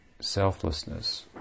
selflessness